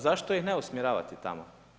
Zašto ih ne usmjeravati tamo?